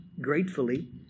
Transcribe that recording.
Gratefully